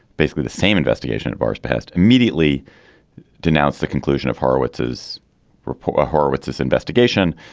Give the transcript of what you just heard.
basically the same investigation of bars passed immediately denounced the conclusion of horowitz's report, horowitz's investigation.